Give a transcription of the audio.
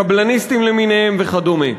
לקבלניסטים למיניהם וכדומה.